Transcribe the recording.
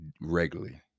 regularly